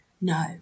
No